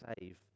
save